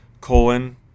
colon